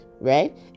right